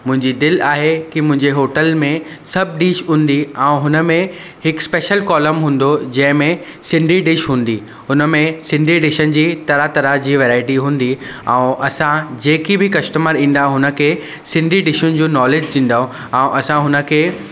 मुंहिंजी दिलि आहे कि मुंहिंजे होटल में सभु डिश हूंदी ऐं हुनमें हिकु स्पैशल कॉलम हूंदो जंहिंमें सिंधी डिश हूंदी हुनमें सिंधी डिशनि जी तरह तरह जी वैराइटी हूंदी ऐं असां जेकी बि कस्टमर ईंदा हुनखे सिंधी डिशूनि जो नॉलैज थींदो ऐं असां हुनखे